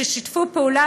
ששיתפו פעולה,